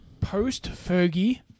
post-Fergie